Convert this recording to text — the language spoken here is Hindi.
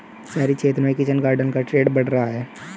शहरी क्षेत्र में किचन गार्डन का ट्रेंड बढ़ रहा है